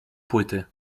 płyty